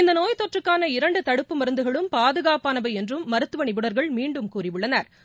இந்த நோய் தொற்றுக்கான இரண்டு தடுப்பு மருந்துகளும் பாதுகாப்பாளவை என்றும் மருத்துவ நிபுணா்கள் மீண்டும் கூறியுள்ளனா்